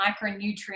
micronutrients